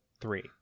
three